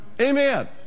Amen